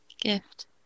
gift